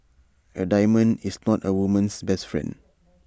A diamond is not A woman's best friend